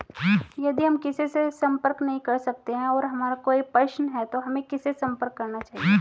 यदि हम किसी से संपर्क नहीं कर सकते हैं और हमारा कोई प्रश्न है तो हमें किससे संपर्क करना चाहिए?